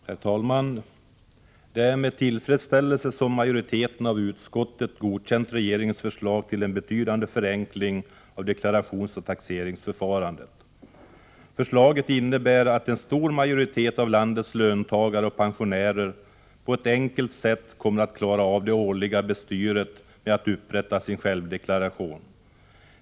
Herr talman! Det är med tillfredsställelse som majoriteten av utskottet har godkänt regeringens förslag till en betydande förenkling av deklarationsoch taxeringsförfarandet. Förslaget innebär att en stor majoritet av landets löntagare och pensionärer på ett enkelt sätt kommer att klara av det årliga bestyret med att upprätta sin självdeklaration.